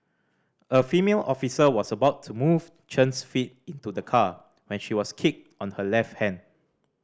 a female officer was about to move Chen's feet into the car when she was kicked on her left hand